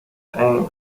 aim